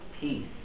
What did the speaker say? peace